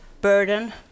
burden